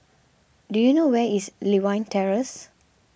do you know where is Lewin Terrace